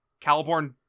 Caliborn